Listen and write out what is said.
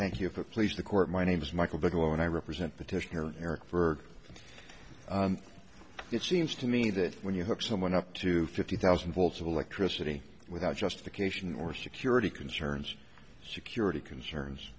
thank you for please the court my name is michael bigelow and i represent petition here eric for it seems to me that when you hook someone up to fifty thousand volts of electricity without justification or security concerns security concerns